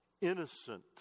innocent